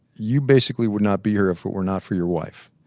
you basically would not be here if it were not for your wife.